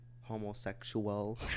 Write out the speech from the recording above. homosexual